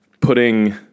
putting